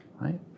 right